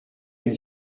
une